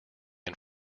and